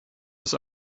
das